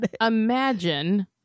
imagine